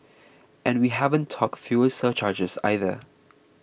and we haven't talked fuel surcharges either